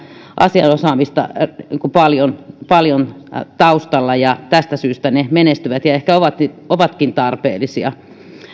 asiaosaamista paljon paljon taustalla ja tästä syystä ne menestyvät ja ehkä ovatkin tarpeellisia